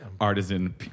artisan